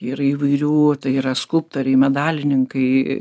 yra įvairių tai yra skulptoriai medalininkai